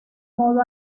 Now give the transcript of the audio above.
modo